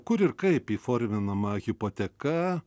kur ir kaip įforminama hipoteka